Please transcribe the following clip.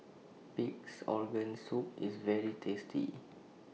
Pig'S Organ Soup IS very tasty